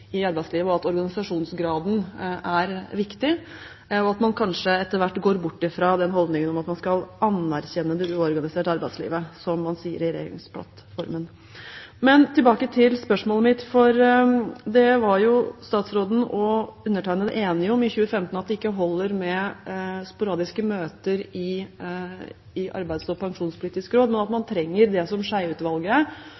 i arbeidslivet, at organisasjonsgraden er viktig, og at man kanskje etter hvert går bort fra den holdningen om at man skal «anerkjenne» det uorganiserte arbeidslivet, som man sier i regjeringsplattformen. Men tilbake til spørsmålet mitt: Statsråden og undertegnede var enige i 2015 om at det ikke holder med sporadiske møter i Arbeidslivs- og pensjonspolitisk råd, men at man